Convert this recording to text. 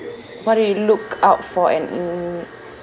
what do you look out for and in~